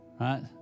Right